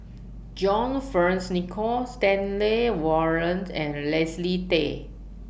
John Fearns Nicoll Stanley Warren and Leslie Tay